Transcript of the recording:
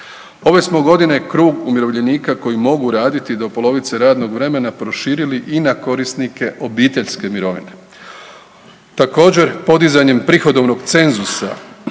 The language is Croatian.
Ove smo godine krug umirovljenika koji mogu raditi do polovice radnog vremena proširili i na korisnike obiteljske mirovine. Također podizanjem prihodovnog cenzusa